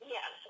Yes